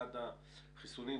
אחד החיסונים,